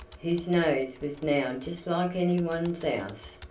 whose nose was now just like anyone's else,